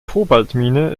kobaltmine